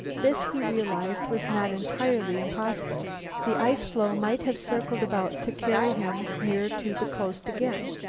this, he realized, was not entirely impossible the ice-floe might have circled about to carry him near to the coast again.